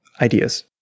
ideas